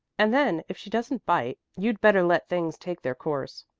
and then if she doesn't bite you'd better let things take their course.